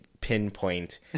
pinpoint